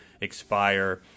expire